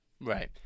Right